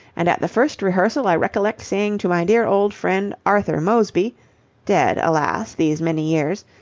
and at the first rehearsal i recollect saying to my dear old friend, arthur moseby dead, alas, these many years.